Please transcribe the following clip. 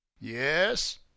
Yes